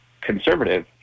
conservative